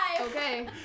Okay